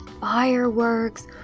fireworks